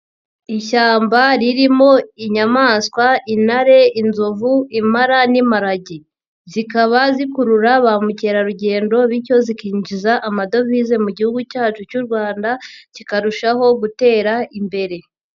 Ishyamba ririmo inyamaswa: intare, inzovu, impara n'imparage. Zikaba zikurura ba mukerarugendo bityo zikinjiza amadovize mu gihugu cyacu cy'u Rwanda, kikarushaho gutera imbere.